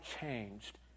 changed